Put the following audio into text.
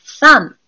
Thumb